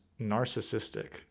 narcissistic